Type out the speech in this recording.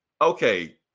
okay